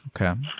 Okay